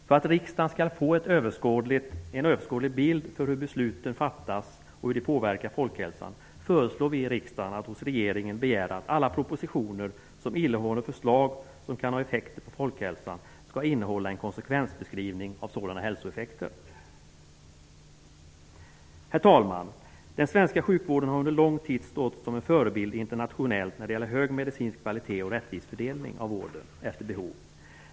För att riksdagen skall få en överskådlig bild av hur de beslut som fattas påverkar folkhälsan föreslår vi att riksdagen hos regeringen begär att alla propositioner som innehåller förslag som kan ha effekter på folkhälsan skall innehålla en konsekvensbeskrivning av sådana hälsoeffekter. Herr talman! Den svenska sjukvården har under lång tid stått som en förebild internationellt när det gäller hög medicinsk kvalitet och rättvis fördelning av vården efter behov.